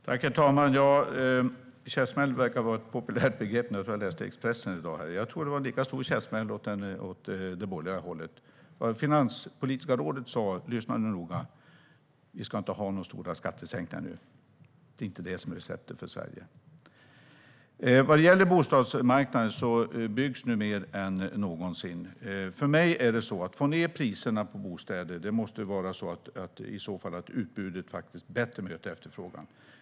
Herr talman! Käftsmäll verkar vara ett populärt begrepp nu. Jag tror att jag läste det i Expressen i dag. Jag tror att det var en lika stor käftsmäll åt det borgerliga hållet. Vad Finanspolitiska rådet sa - lyssna nu noga! - var detta: Vi ska inte ha några stora skattesänkningar nu. Det är inte det som är receptet för Sverige. Vad gäller bostadsmarknaden byggs det nu mer än någonsin. För mig är det så att om vi ska få ned priserna på bostäder måste utbudet bättre möta efterfrågan.